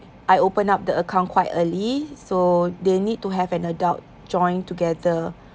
I open up the account quite early so they need to have an adult joined together